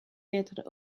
être